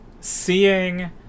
seeing